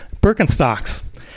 Birkenstocks